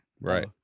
right